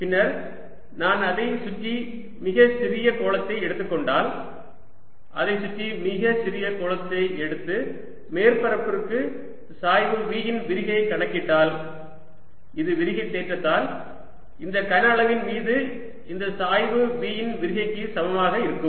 பின்னர் நான் அதைச் சுற்றி மிகச் சிறிய கோளத்தை எடுத்துக் கொண்டால் அதைச் சுற்றி மிகச் சிறிய கோளத்தை எடுத்து மேற்பரப்புக்கு சாய்வு V இன் விரிகையை கணக்கிட்டால் இது விரிகை தேற்றத்தால் இந்த கனஅளவின் மீது இந்த சாய்வு V இன் விரிகைக்கு சமமாக இருக்கும்